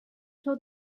told